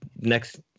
next